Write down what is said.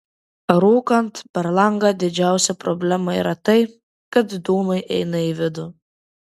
rūkant per langą didžiausia problema yra tai kad dūmai eina į vidų